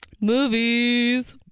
Movies